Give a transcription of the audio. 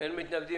מי נגד?